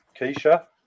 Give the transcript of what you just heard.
Keisha